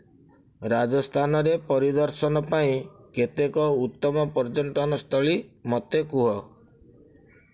ରାଜସ୍ଥାନରେ ପରିଦର୍ଶନ ପାଇଁ କେତେକ ଉତ୍ତମ ପର୍ଯ୍ୟଟନ ସ୍ଥଳୀ ମୋତେ କୁହ